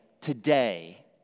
today